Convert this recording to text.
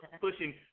pushing